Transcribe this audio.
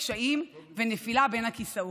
קשיים ונפילה בין הכיסאות.